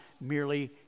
merely